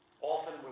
often